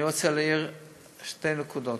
אני רוצה להעיר כאן שתי נקודות.